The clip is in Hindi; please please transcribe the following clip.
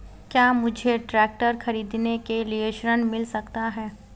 क्या मुझे ट्रैक्टर खरीदने के लिए ऋण मिल सकता है?